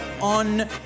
on